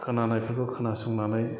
खोनानायफोरखौ खोनासंनानै